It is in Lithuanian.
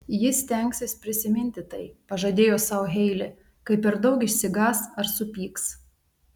ji stengsis prisiminti tai pažadėjo sau heilė kai per daug išsigąs ar supyks